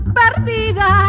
perdida